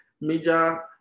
major